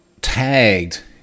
tagged